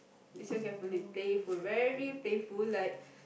listen carefully playful very playful like